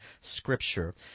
Scripture